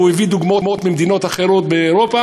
והוא הביא דוגמאות ממדינות אחרות באירופה